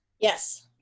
Yes